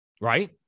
right